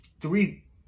three